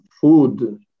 food